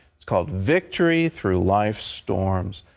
it's called victory through life's storms.